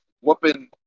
whooping